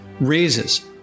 raises